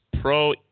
Pro